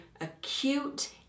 acute